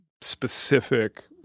specific